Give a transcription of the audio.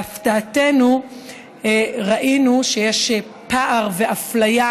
להפתעתנו ראינו שיש פער ואפליה,